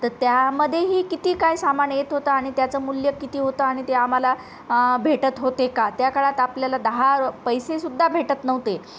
तर त्यामध्येही किती काय सामान येत होतं आणि त्याचं मूल्य किती होतं आणि ते आम्हाला भेटत होते का त्या काळात आपल्याला दहा पैसेसुद्धा भेटत नव्हते